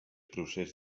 procés